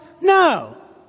No